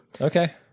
Okay